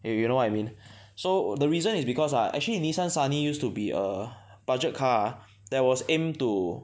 do you know what I mean so the reason is because ah actually Nissan Sunny used to be a budget car ah that was aimed to